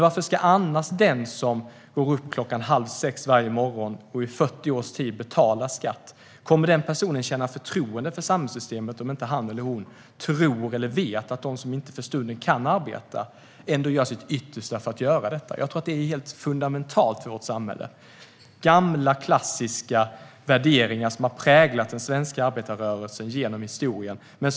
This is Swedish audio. Hur ska den som går upp halv sex varje morgon och i fyrtio års tid har betalat skatt känna förtroende för samhällssystemet om inte han eller hon vet att den som för stunden inte kan arbeta ändå gör sitt yttersta för att återgå i arbete? Jag tror att detta är fundamentalt för vårt samhälle. Det här är gamla klassiska värderingar som har präglat den svenska arbetarrörelsen genom historien.